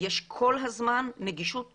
יש כל הזמן נגישות סבירה,